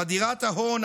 חדירת ההון,